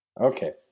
Okay